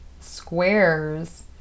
squares